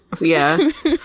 yes